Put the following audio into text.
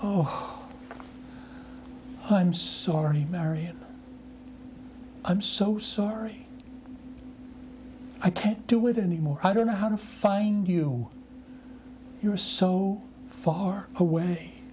oh i'm sorry mary i'm so sorry i can't do with anymore i don't know how to find you you're so far away